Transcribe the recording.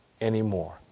anymore